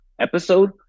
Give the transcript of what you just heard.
episode